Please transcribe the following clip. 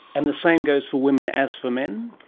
and the same goes for women as for men?